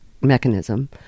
mechanism